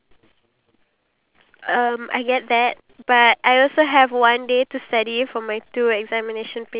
you're able to contribute more and then you will spend your entire life giving more than you get and that